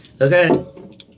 Okay